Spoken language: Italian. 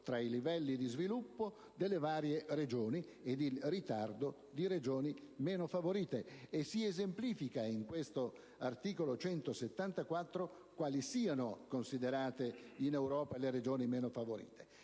tra i livelli di sviluppo delle varie regioni ed il ritardo delle regioni meno favorite. In questo articolo 174 si esemplifica quali siano considerate in Europa le regioni meno favorite.